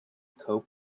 cope